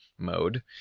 mode